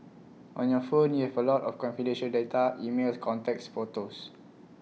on your phones you have A lot of confidential data emails contacts photos